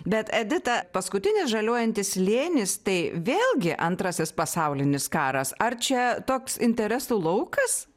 bet edita paskutinis žaliuojantis slėnis tai vėlgi antrasis pasaulinis karas ar čia toks interesų laukas